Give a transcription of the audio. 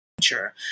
nature